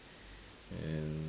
and